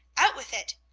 out with it!